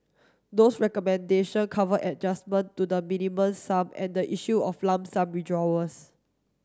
those recommendation cover adjustment to the Minimum Sum and the issue of lump sum withdrawals